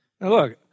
look